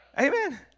Amen